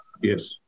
yes